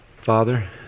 Father